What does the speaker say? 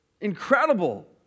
incredible